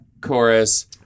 chorus